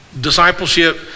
Discipleship